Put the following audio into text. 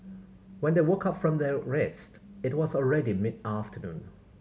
when they woke up from their rest it was already mid afternoon